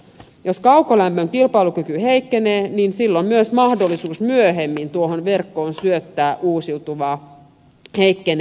jos kaukolämmön kilpailukyky heikkenee niin silloin myös mahdollisuus myöhemmin tuohon verkkoon syöttää uusiutuvaa heikkenee